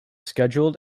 scheduled